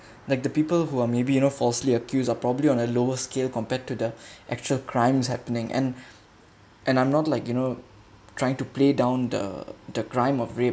like the people who are maybe you know falsely accused of probably on a lower scale compared to the actual crimes happening and and I'm not like you know trying to play down the the crime of rape